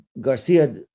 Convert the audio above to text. Garcia